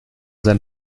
sein